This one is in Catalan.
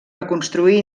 reconstruir